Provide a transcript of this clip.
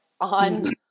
on